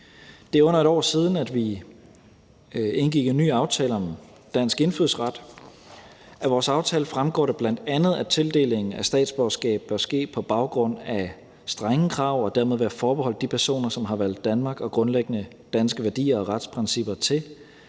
Det er under et år siden, vi indgik en ny aftale om dansk indfødsret. Af vores aftale fremgår det bl.a., at tildelingen af statsborgerskab bør ske på baggrund af strenge krav og dermed være forbeholdt de personer, som har valgt Danmark og grundlæggende danske værdier og retsprincipper til,